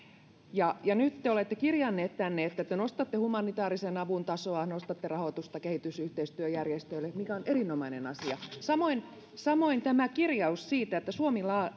viime marraskuussa ja nyt te te olette kirjanneet tänne että te nostatte humanitäärisen avun tasoa nostatte rahoitusta kehitysyhteistyöjärjestöille mikä on erinomainen asia samoin kuin tämä kirjaus siitä että suomi